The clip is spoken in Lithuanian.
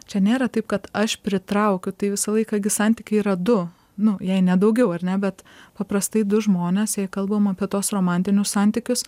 čia nėra taip kad aš pritraukiu tai visą laiką gi santyky yra du nu jei ne daugiau ar ne bet paprastai du žmonės jei kalbam apie tuos romantinius santykius